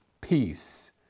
Peace